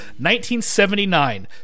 1979